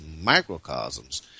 microcosms